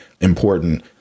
important